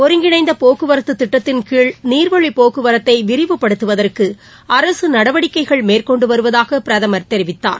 ஒருங்கிணைந்த போக்குவரத்து திட்டத்தின்கீழ் நீர்வழிப் போக்குவரத்தை விரிவுபடுத்துவதற்கு அரசு நடவடிக்கைகள் மேற்கொண்டு வருவதாக பிரதமர் தெரிவித்தார்